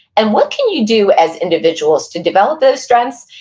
and what can you do as individuals to develop those strengths,